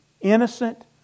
innocent